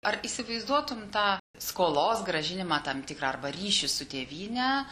ar įsivaizduotum tą skolos grąžinimą tam tikrą arba ryšį su tėvyne